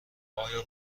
آیا